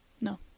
no